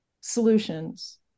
solutions